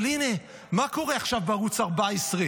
אבל הינה, מה קורה עכשיו בערוץ 14?